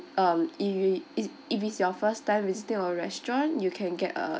um if it is if it's your first time visiting our restaurant you can get a